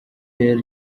yari